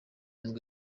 nibwo